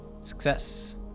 Success